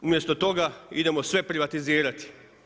Umjesto toga idemo sve privatizirati.